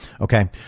Okay